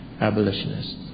abolitionists